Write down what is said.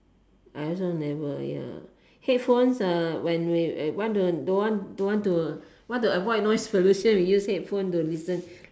I also never ya headphones uh when we want don't want to want to avoid noise pollution we use headphones to listen